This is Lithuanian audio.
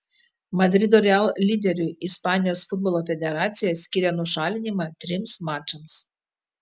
madrido real lyderiui ispanijos futbolo federacija skyrė nušalinimą trims mačams